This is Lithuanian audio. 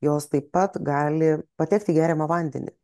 jos taip pat gali patekt į geriamą vandenį